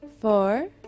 four